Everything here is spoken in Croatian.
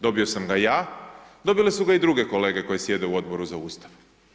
Dobio sam ga ja, dobile su ga i druge kolege koje sjede u Odboru za Ustav.